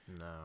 no